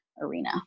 arena